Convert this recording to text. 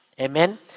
Amen